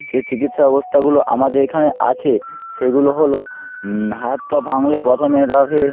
যে চিকিৎসা ব্যবস্থাগুলো আমাদের এখানে আছে সেগুলো হলো হাত পা ভাঙলে প্রথমে তাকে